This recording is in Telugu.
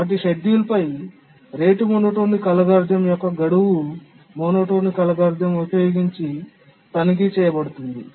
వారి షెడ్యూల్ పై రేటు మోనోటోనిక్ అల్గోరిథం మరియు గడువు మోనోటోనిక్ అల్గోరిథం ఉపయోగించి తనిఖీ చేయబడుతుంది